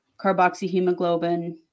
carboxyhemoglobin